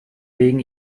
wegen